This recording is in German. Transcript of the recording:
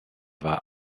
war